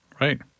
Right